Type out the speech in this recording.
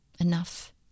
enough